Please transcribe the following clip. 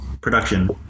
production